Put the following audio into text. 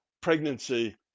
pregnancy